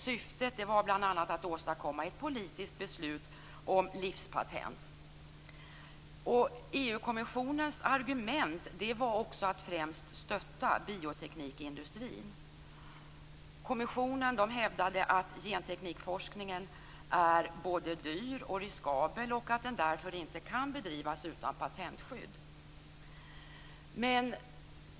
Syftet var bl.a. att åstadkomma ett politiskt beslut om livspatent. EU kommissionens argument var också att främst stötta bioteknikindustrin. Kommissionen hävdade att genteknikforskningen är både dyr och riskabel och att den därför inte kan bedrivas utan patentskydd.